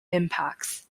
impacts